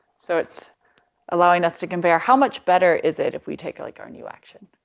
so it's allowing us to compare how much better is that if we take like our new action.